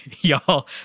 y'all